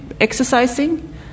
exercising